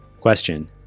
question